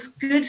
good